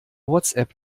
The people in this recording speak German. whatsapp